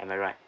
am I right